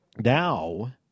now